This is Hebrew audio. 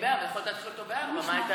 יכולת להתחיל אותו ב-16:00.